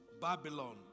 Babylon